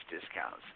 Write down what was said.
discounts